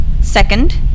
second